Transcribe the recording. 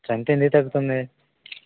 strength ఎందుకు తగ్గుతుంది